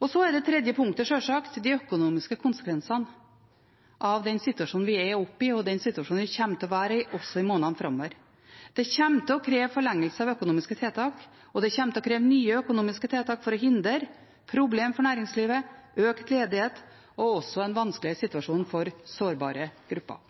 Det tredje punktet er sjølsagt de økonomiske konsekvensene av den situasjonen vi er oppe i, og den situasjonen vi kommer til å være i også i månedene framover. Det kommer til å kreve forlengelse av økonomiske tiltak, og det kommer til å kreve nye økonomiske tiltak for å hindre problemer for næringslivet, økt ledighet og også en vanskeligere situasjon for sårbare grupper.